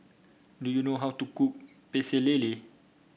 do you know how to cook Pecel Lele